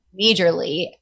majorly